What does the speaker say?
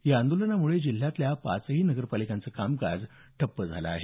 या आंदोलनामुळे जिल्ह्यातल्या पाचही नगर पालिकांचं कामकाज ठप्प झालं आहे